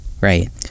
right